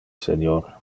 senior